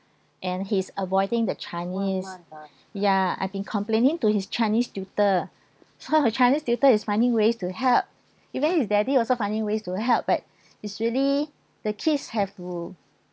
and he is avoiding the chinese yeah I have been complaining to his chinese tutor so his chinese tutor is finding ways to help even his daddy also finding ways to help but is really the kids have to